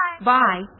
Bye